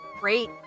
Great